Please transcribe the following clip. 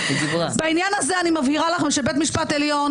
בעניין הזה אני מבהירה לנו שבית המשפט העליון